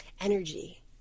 energy